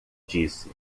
disse